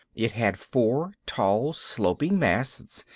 it had four tall, sloping masts,